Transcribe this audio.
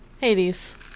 Hades